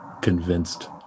convinced